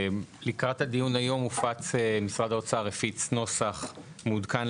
לקראת הדיון היום משרד האוצר הפיץ את הנוסח המעודכן,